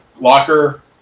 Locker